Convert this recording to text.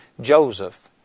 Joseph